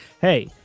hey